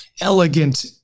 elegant